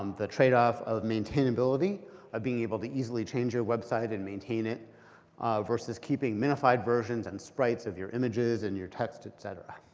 um the trade-off of maintainability of being able to easily change your website and maintain it versus keeping minified versions and sprites of your images and your text, et cetera.